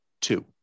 two